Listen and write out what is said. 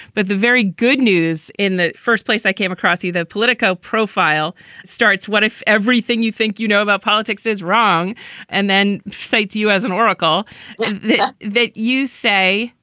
but the very good news in the first place i came across you, the politico profile starts. what if everything you think you know about politics is wrong and then cites you as an oracle that you say,